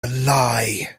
lie